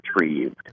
retrieved